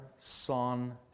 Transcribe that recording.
Son